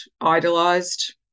idolized